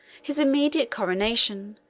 his immediate coronation,